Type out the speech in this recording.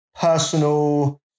personal